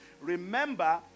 Remember